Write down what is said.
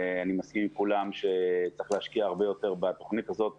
אני מסכים עם כולם שצריך להשקיע הרבה יותר בתוכנית הזאת,